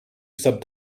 sub